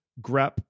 grep